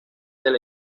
del